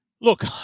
Look